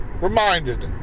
reminded